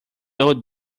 old